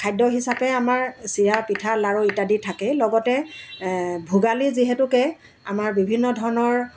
খাদ্য হিচাপে আমাৰ চিৰা পিঠা লাৰু ইত্যাদি থাকেই লগতে ভোগালী যিহেতুকে আমাৰ বিভিন্ন ধৰণৰ